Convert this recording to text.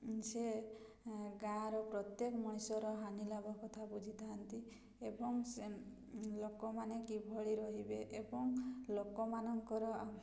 ସେ ଗାଁର ପ୍ରତ୍ୟେକ ମଣିଷର ହାନିଲାଭ କଥା ବୁଝିଥାନ୍ତି ଏବଂ ଲୋକମାନେ କିଭଳି ରହିବେ ଏବଂ ଲୋକମାନଙ୍କର